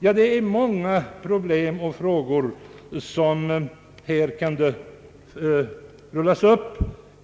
Ja, det är många problem som här kan rullas upp.